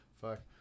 fuck